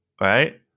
right